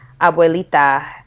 abuelita